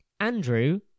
Andrew